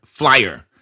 flyer